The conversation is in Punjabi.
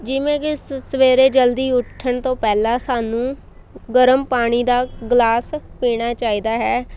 ਜਿਵੇਂ ਕਿ ਸ ਸਵੇਰੇ ਜਲਦੀ ਉੱਠਣ ਤੋਂ ਪਹਿਲਾਂ ਸਾਨੂੰ ਗਰਮ ਪਾਣੀ ਦਾ ਗਲਾਸ ਪੀਣਾ ਚਾਹੀਦਾ ਹੈ